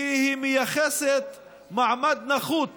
כי היא מייחסת מעמד נחות